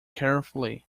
carefully